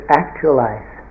actualize